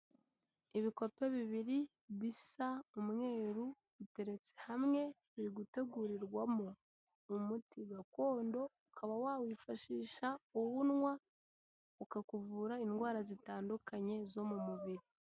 Ibikope bibiri, bisa umweru, biteretse hamwe, biri gutegurirwamo umuti gakondo, ukaba wawifashisha uwunywa, ukakuvura indwara zitandukanye zo mu mubiri.